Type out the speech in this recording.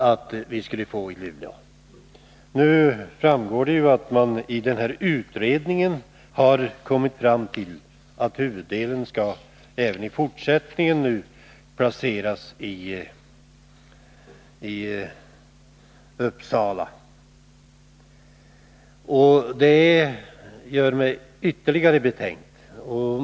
Nu visar det sig ju att man i den här utredningen har kommit fram till att huvuddelen även i fortsättningen skall placeras i Uppsala. Det gör mig ytterligare betänksam.